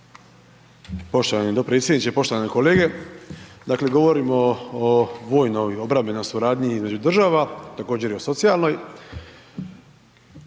Poštovani dopredsjedniče, poštovane kolege, dakle, govorimo o vojnoj obrambenoj suradnji između država, također i o socijalnoj.